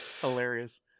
Hilarious